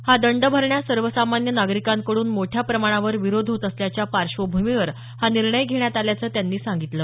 हा दंड भरण्यास सर्वसामान्य नागरिकांकडून मोठ्या प्रमाणावर विरोध होत असल्याच्या पार्श्वभूमीवर हा निर्णय घेण्यात आल्याचं त्यांनी सांगितलं